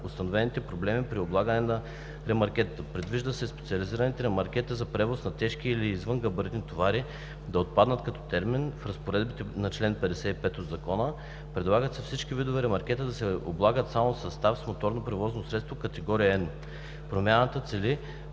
установените проблеми при облагането на ремаркета. Предвижда се „специализираните ремаркета за превоз на тежки или извънгабаритни товари“ да отпаднат като термин в разпоредбите на чл. 55 от закона. Предлага се всички видове ремаркета да се облагат само в състав с моторното превозно средство категория N. Промяната цели